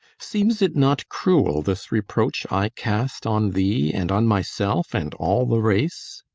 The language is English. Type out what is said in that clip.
seems it not cruel this reproach i cast on thee and on myself and all the race?